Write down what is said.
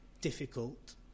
difficult